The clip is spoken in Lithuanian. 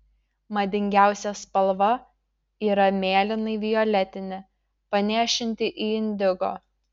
madingiausia spalva yra mėlynai violetinė panėšinti į indigo